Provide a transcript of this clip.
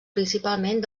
principalment